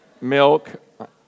Milk